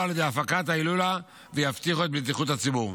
על ידי הפקת ההילולה ויבטיחו את בטיחות הציבור.